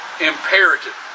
imperative